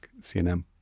CNM